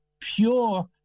pure